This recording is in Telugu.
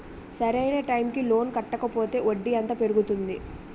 సరి అయినా టైం కి లోన్ కట్టకపోతే వడ్డీ ఎంత పెరుగుతుంది?